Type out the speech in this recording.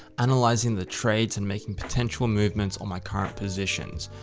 analyzing the trades and making potential movements on my current positions.